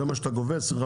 זה מה שאתה גובה,